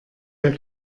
der